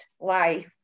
life